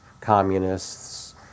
communists